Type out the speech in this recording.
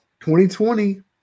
2020